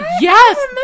yes